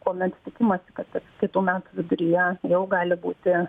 kuomet tikimasi kad kitų metų viduryje jau gali būti